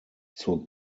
zur